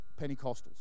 Pentecostals